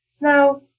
Now